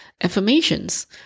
affirmations